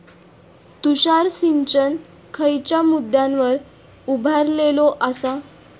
तुषार सिंचन खयच्या मुद्द्यांवर उभारलेलो आसा?